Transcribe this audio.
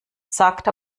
sagt